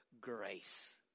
grace